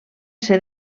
ser